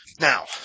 Now